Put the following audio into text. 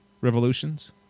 Revolutions